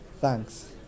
Thanks